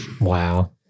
Wow